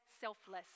selfless